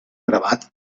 gravat